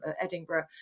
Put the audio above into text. Edinburgh